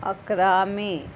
इकरा